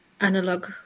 analog